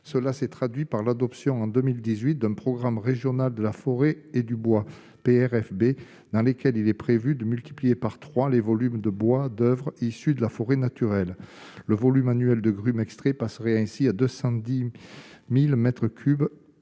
cela s'est traduit par l'adoption en 2018 d'un programme régional de la forêt et du bois PR FB dans lesquels il est prévu de multiplier par 3 les volumes de bois d'oeuvre issues de la forêt naturelle le volume annuel de grumes extrait passerait ainsi à 210000